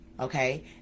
okay